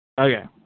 Okay